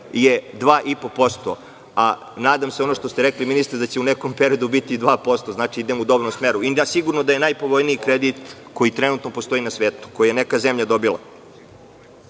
je 2,5%, a nadam se ono što ste rekli ministre, da će u nekom periodu biti 2%. Znači, idemo u dobrom smeru. Sigurno da je najpovoljniji kredit koji trenutno postoji na svetu, koji je neka zemlja dobila.U